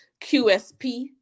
qsp